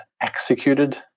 executed